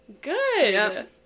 Good